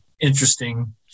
interesting